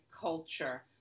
culture